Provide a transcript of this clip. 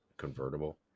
convertible